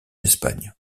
espagne